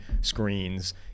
screens